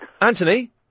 Anthony